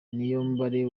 niyombare